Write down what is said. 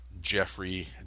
Jeffrey